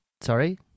Sorry